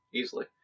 easily